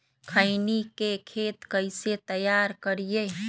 खैनी के खेत कइसे तैयार करिए?